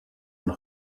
and